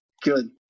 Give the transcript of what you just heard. Good